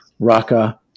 Raqqa